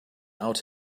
out